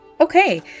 Okay